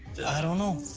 i don't know,